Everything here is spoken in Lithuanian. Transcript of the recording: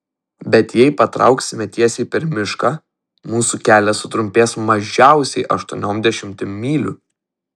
bet jei patrauksime tiesiai per mišką mūsų kelias sutrumpės mažiausiai aštuoniom dešimtim mylių